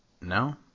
No